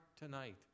tonight